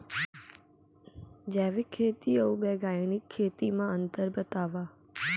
जैविक खेती अऊ बैग्यानिक खेती म अंतर बतावा?